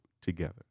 together